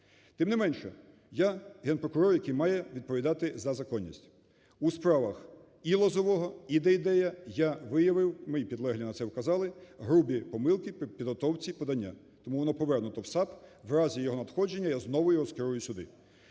Тим не менше, я – Генпрокурор, який має відповідати за законність. У справах і Лозового, і Дейдея я виявив – мої підлеглі на це вказали, - грубі помилки при підготовці подання. Тому воно повернуто в САП. В разі його надходження я знову його скерую сюди.